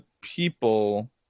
people